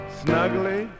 snuggly